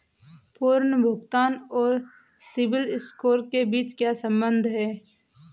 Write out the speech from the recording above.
पुनर्भुगतान और सिबिल स्कोर के बीच क्या संबंध है?